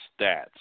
stats